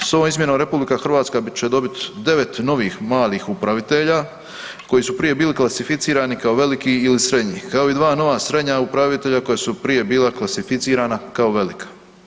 S ovom izmjenom RH će dobit devet novih malih upravitelja koji su prije bili klasificirani kao veliki ili srednji, kao i dva nova srednja upravitelja koja su prije bila klasificirana kao velika.